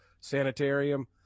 Sanitarium